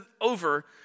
over